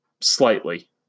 slightly